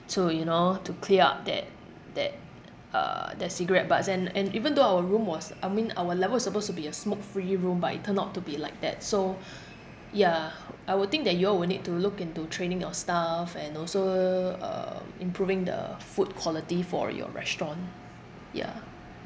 to you know to clear up that that uh that cigarette butts and and even though our room was I mean our level is supposed to be a smoke free room but it turned out to be like that so yeah I would think that you all will need to look into training your staff and also um improving the food quality for your restaurant yeah